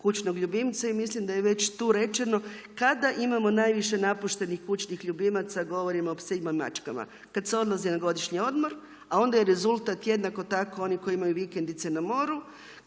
kućnog ljubimca i mislim da je već tu rečeno kada imamo najviše napuštenih kućnih ljubimaca govorimo o psima i mačkama. Kad se odlazi na godišnji odmor, a onda je rezultat jednako tako oni koji imaju vikendice na moru,